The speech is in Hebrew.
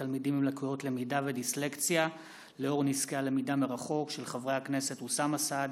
בעקבות דיון מהיר בהצעתם של חברי הכנסת אוסאמה סעדי,